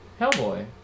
Hellboy